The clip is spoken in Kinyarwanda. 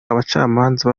abacamanza